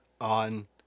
on